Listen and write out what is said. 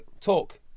talk